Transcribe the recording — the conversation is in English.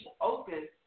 open